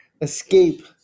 escape